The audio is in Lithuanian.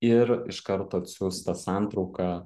ir iš karto atsiųstą santrauką